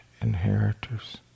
Inheritors